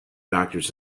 doctors